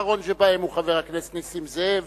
שהאחרון שבהם הוא חבר הכנסת נסים זאב,